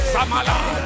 Samala